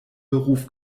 beruf